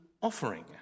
offering